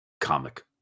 comic